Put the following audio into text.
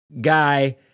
guy